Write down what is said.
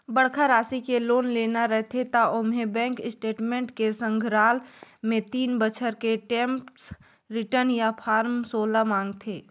बड़खा रासि के लोन लेना रथे त ओम्हें बेंक स्टेटमेंट के संघराल मे तीन बछर के टेम्स रिर्टन य फारम सोला मांगथे